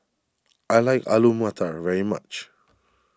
I like Alu Matar very much